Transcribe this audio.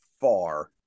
far